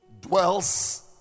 dwells